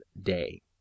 day